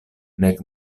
nek